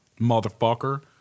motherfucker